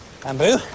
bamboo